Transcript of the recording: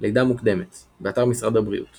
לידה מוקדמת, באתר משרד הבריאות